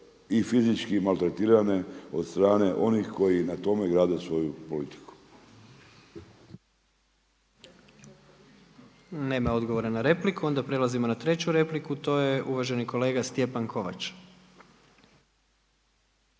i fizički maltretirane od strane onih koji na tome grade svoju politiku. **Jandroković, Gordan (HDZ)** Nema odgovora na repliku. Onda prelazimo na treću repliku to je uvaženi kolega Stjepan Kovač.